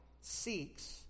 seeks